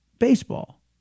Baseball